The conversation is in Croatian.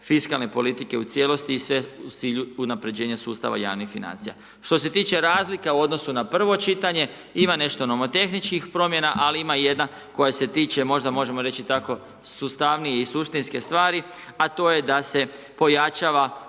fiskalne politike u cijelosti, i sve u cilju unapređenju sustava javnih financija. Što se tiče razlika u odnosu na prvo čitanje, ima nešto nomotehničkih promjena, ali ima jedna, koja se tiče, možda možemo reći tako, sustavnije i suštinske stvari, a to je da se pojačava